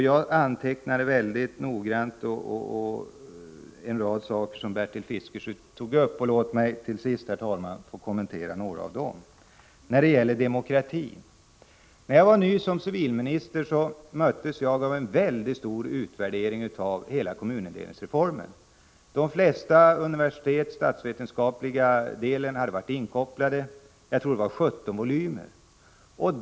Jag antecknade noggrant en rad saker som Bertil Fiskesjö tog upp, och jag vill, herr talman, till sist få kommentera några av dem. Först om demokratin. När jag var ny som civilminister möttes jag av en mycket stor utvärdering av kommunindelningsreformen. De flesta universitet hade varit inkopplade, och utvärderingen omfattade — tror jag — 17 volymer.